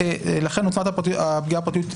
לכן, הפגיעה בפרטיות --- למה?